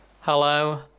Hello